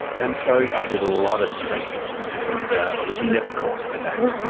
and so i did a lot of streaking. and i was never caught for that.